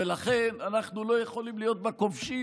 ולכן אנחנו לא יכולים להיות בה כובשים,